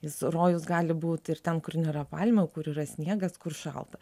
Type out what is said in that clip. jis rojaus gali būti ir ten kur nėra palmių kur yra sniegas kur šalta